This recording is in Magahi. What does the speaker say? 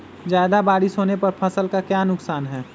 ज्यादा बारिस होने पर फसल का क्या नुकसान है?